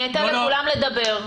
אתן לכולם לדבר.